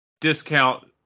discount